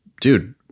dude